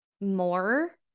more